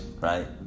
right